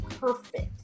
perfect